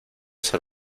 ser